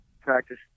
practice